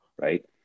right